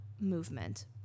movement